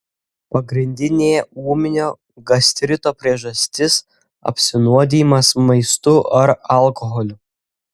pagrindinė ūminio gastrito priežastis apsinuodijimas maistu ar alkoholiu